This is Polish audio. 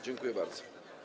Dziękuję bardzo.